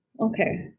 Okay